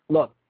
Look